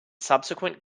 subsequent